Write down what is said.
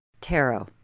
Tarot